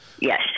yes